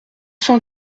cent